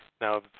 Now